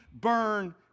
burn